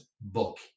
book